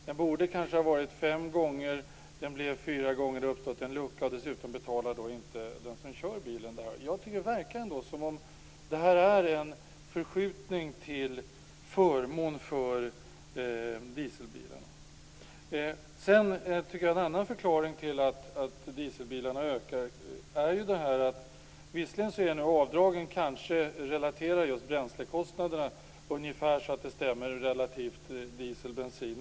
Den borde ha blivit fem, den blev fyra gånger. Det har uppstått en lucka, och dessutom betalar inte den som kör bilen. Det verkar som om det är en förskjutning till förmån för dieselbilarna. En annan förklaring till att dieselbilarna ökar i antal är följande. Visserligen är avdragen relaterade till bränslekostnaderna så att de stämmer mellan diesel och bensin.